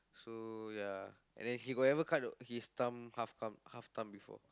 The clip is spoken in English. so ya and then he got ever cut his thumb half thumb half thumb before